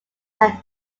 had